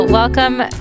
Welcome